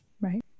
Right